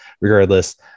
regardless